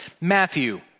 Matthew